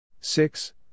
six